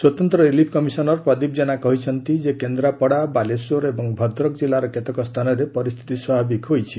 ସ୍ୱତନ୍ତ୍ର relief commissioner Pradeep Jena କହିଛନ୍ତି କେନ୍ଦ୍ରାପଡ଼ା ବାଲେଶ୍ୱର ଏବଂ ଭଦ୍ରକ ଜିଲ୍ଲାର କେତେକ ସ୍ଥାନରେ ପରିସ୍ଥିତି ସ୍ୱାଭାବିକ ହୋଇଛି